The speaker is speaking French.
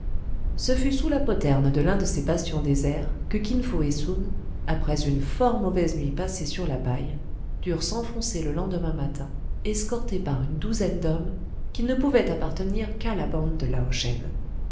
ce fut sous la poterne de l'un de ces bastions déserts que kin fo et soun après une fort mauvaise nuit passée sur la paille durent s'enfoncer le lendemain matin escortés par une douzaine d'hommes qui ne pouvaient appartenir qu'à la bande de